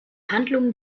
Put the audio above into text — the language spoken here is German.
handlungen